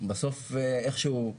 ובסוף איכשהו, אני